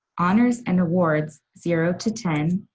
honors and awards zero to ten,